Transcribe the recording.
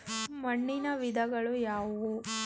ಮಣ್ಣಿನ ವಿಧಗಳು ಯಾವುವು?